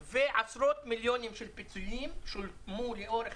ועשרות-מיליונים של פיצויים שולמו לאורך